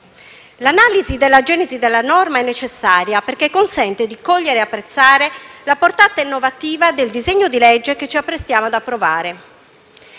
L'analisi della genesi della norma è necessaria perché consente di cogliere e apprezzare la portata innovativa del disegno di legge che ci apprestiamo ad approvare.